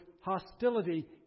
hostility